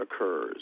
occurs